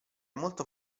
molto